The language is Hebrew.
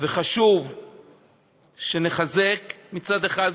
וחשוב שנחזק מצד אחד,